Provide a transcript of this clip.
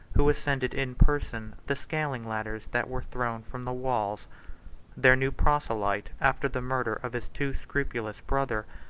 who ascended in person the scaling-ladders that were thrown from the walls their new proselyte, after the murder of his too scrupulous brother,